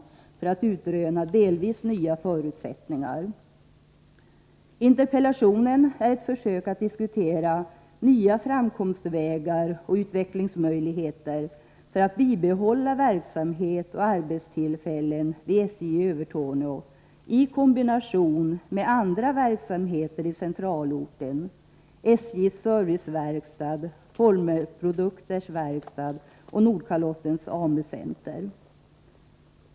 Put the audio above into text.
Jag har gjort det för att utröna i viss mån nya förutsättningar. Interpellationen är ett försök att diskutera nya framkomstvägar och utvecklingsmöjligheter för att man skall kunna bibehålla verksamhet och arbetstillfällen vid SJ i Övertorneå i kombination med andra verksamheter i centralorten — SJ:s serviceverkstad, Formelprodukters verkstad och Nordkalottens AMU-center.